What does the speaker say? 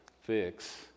fix